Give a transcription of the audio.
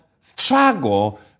struggle